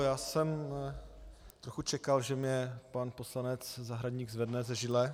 Já jsem trochu čekal, že mě pan poslanec Zahradník zvedne ze židle.